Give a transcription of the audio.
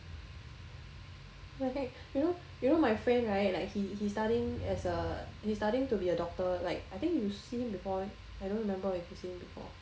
what the heck you know you know my friend right like he he's studying as a he's studying to be a doctor like I think you seen him before eh right I don't remember if you seen him before